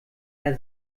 der